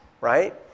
right